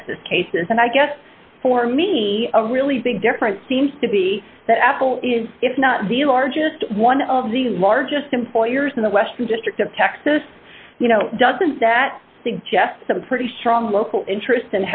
texas cases and i guess for me a really big difference seems to be that apple is if not the largest one of the largest employers in the western district of texas you know doesn't that suggest some pretty strong local interest